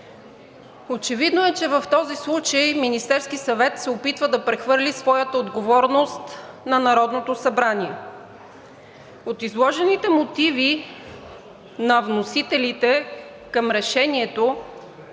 Очевидно е, че в този случай Министерският съвет се опитва да прехвърли своята отговорност на Народното събрание. От изложените мотиви на вносителите към решението